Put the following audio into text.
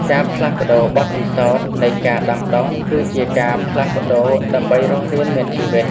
ការផ្លាស់ប្តូរបទពិសោធន៍នៃការដាំដុះ គឺជាការផ្លាស់ប្តូរដើម្បីរស់រានមានជីវិត។